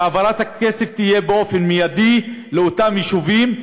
שהעברת הכסף תהיה באופן מיידי לאותם יישובים,